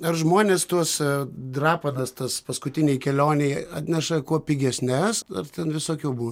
ar žmonės tuos drapanas tas paskutinei kelionei atneša kuo pigesnes ar ten visokių buna